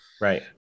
Right